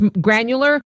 granular